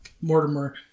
Mortimer